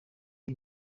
ari